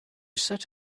set